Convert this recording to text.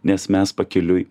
nes mes pakeliui